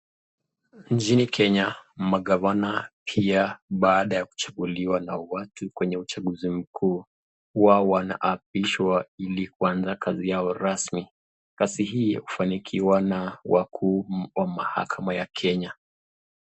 Nchini Kenya magavana pia baada ya kuchukuliwa na watu kwenye uchaguzi mkuu, huwa wanaapishwa ili kuanza kazi yao rasmi, kazi hii hufanikishwa na wakuu wa mahakama ya Kenya.